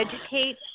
educate